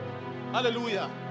hallelujah